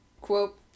Quote